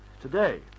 Today